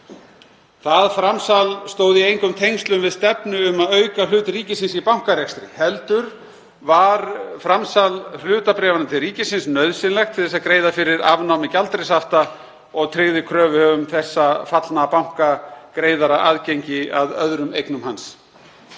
Það framsal stóð í engum tengslum við stefnu um að auka hlut ríkisins í bankarekstri heldur var framsal hlutabréfanna til ríkisins nauðsynleg til að greiða fyrir afnámi gjaldeyrishafta og tryggði kröfuhöfum þessa fallna banka greiðara aðgengi að öðrum eignum hans.